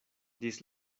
ĝis